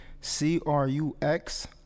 c-r-u-x